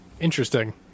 interesting